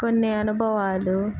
కొన్ని అనుభవాలు